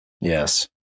Yes